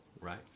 Right